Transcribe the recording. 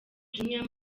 jumia